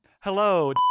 hello